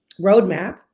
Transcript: roadmap